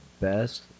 best